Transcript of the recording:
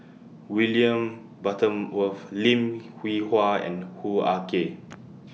William Butterworth Lim Hwee Hua and Hoo Ah Kay